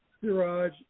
Siraj